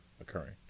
occurring